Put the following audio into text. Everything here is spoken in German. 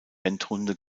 endrunde